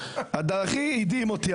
הכי הדהים אותי,